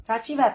સાચી વાત ને